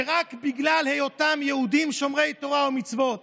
שרק בגלל היותם יהודים שומרי תורה ומצוות